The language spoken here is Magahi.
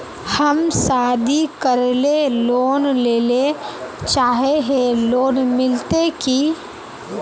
हम शादी करले लोन लेले चाहे है लोन मिलते की?